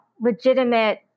legitimate